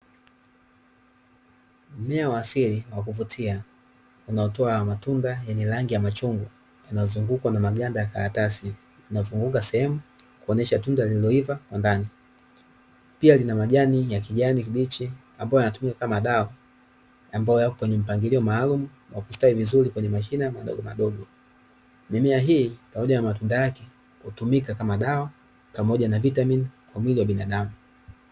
Mmea wa asili wa kuvutia unaotoa matunda yenye rangi ya machungwa inayozungukwa na maganda ya karatasi yanayofunguka sehemu, kuonyesha tunda lililoiva kwa ndani, pia lina majani ya kijani kibichi ambayo yanatumika kama dawa, ambayo yapo kwenye mpangilio maalumu wa kustawi vizuri kwenye mashina madogomadogo. Mimea hii pamoja na matunda yake hutumika kama dawa pamoja na vitamin kwa mwili wa binadamu.